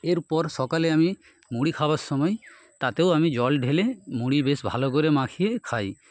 এরপর সকালে আমি মুড়ি খাওয়ার সময় তাতেও আমি জল ঢেলে মুড়ি বেশ ভালো করে মাখিয়ে খাই